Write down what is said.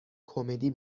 کمدی